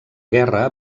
guerra